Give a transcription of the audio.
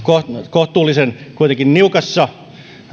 kohtuullisen niukassa